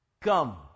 come